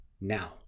now